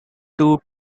two